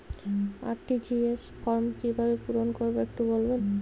RTGS form কিভাবে পূরণ করবো একটু বলবেন?